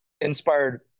inspired